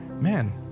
Man